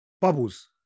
Bubbles